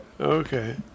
Okay